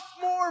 more